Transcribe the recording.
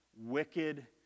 wicked